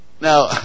Now